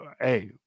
Hey